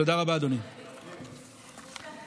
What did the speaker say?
אני בעד, תודה רבה.